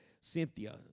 Cynthia